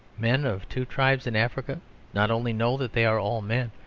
men of two tribes in africa not only know that they are all men,